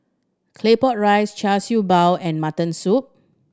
Claypot Rice Char Siew Bao and mutton soup